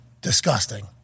disgusting